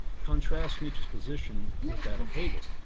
contrast nietzsche's position with that of hegel.